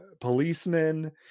policemen